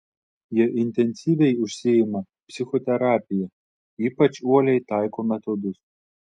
jie intensyviai užsiima psichoterapija ypač uoliai taiko metodus